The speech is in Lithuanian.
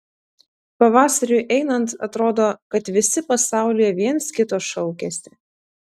pavasariui einant atrodo kad visi pasaulyje viens kito šaukiasi